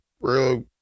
real